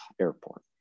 Airport